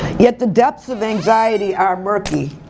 yet the depths of anxiety are murky.